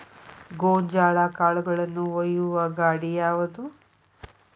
ಗೋಂಜಾಳ ಕಾಳುಗಳನ್ನು ಒಯ್ಯುವ ಗಾಡಿ ಯಾವದು?